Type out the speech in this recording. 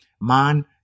Man